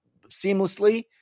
seamlessly